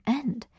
end